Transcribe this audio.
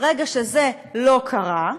ברגע שזה לא קרה,